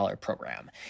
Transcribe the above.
program